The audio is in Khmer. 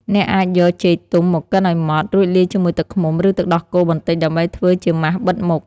អ្នកអាចយកចេកទុំមកកិនឲ្យម៉ដ្ឋ រួចលាយជាមួយទឹកឃ្មុំ ឬទឹកដោះគោបន្តិចដើម្បីធ្វើជាម៉ាសបិទមុខ។